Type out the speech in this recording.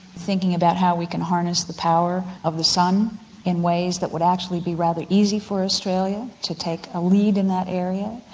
thinking about how we can harness the power of the sun in ways that would actually be rather easy for australia to take a lead in that area.